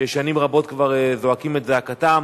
ששנים רבות כבר זועקים את זעקתם.